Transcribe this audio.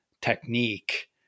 technique